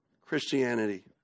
Christianity